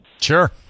sure